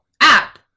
app